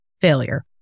failure